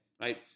Right